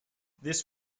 this